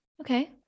Okay